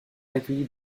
accueilli